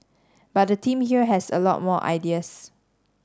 but the team here has a lot more ideas